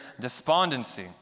Despondency